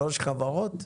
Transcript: שלוש חברות?